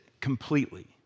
completely